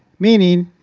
meaning,